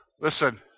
listen